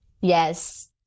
Yes